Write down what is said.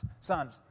Sons